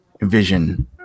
vision